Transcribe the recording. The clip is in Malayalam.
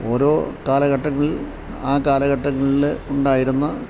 ഓരോ കാലഘട്ടങ്ങളിൽ ആ കാലഘട്ടങ്ങളിൽ ഉണ്ടായിരുന്ന